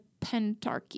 Pentarchy